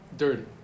Dirty